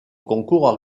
concours